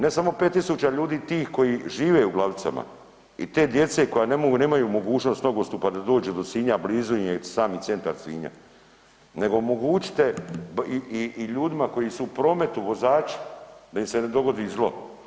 Ne samo 5.000 ljudi tih koji žive u Glavicama i te djece koja nemaju mogućnost nogostupa da dođu do Sinja, a blizu im je sami centar Sinja, nego omogućite i ljudima koji su u prometu vozači da im se ne dogodi zlo.